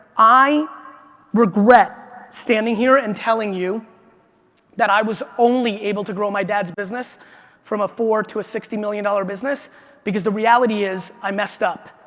i regret standing here and telling you that i was only able to grow my dad's business from a four to a sixty million dollars dollar business because the reality is i messed up.